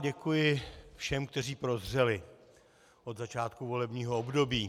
děkuji všem, kteří prozřeli od začátku volebního období.